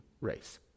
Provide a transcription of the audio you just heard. race